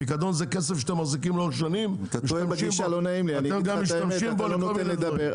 פיקדון זה כסף שאתם מחזיקים שנים ומשתמשים בו לכל מיני דברים.